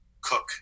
Cook